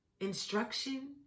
instruction